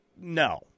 no